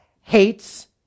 hates